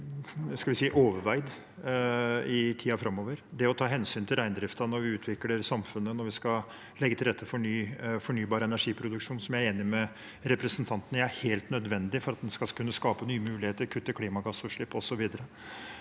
mer overveid i tiden framover. Vi må ta hensyn til reindriften når vi utvikler samfunnet, og når vi skal legge til rette for ny fornybar energiproduksjon, som jeg er enig med representanten i at er helt nødvendig for at en skal kunne skape nye muligheter, kutte klimagassutslippene osv.